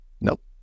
Nope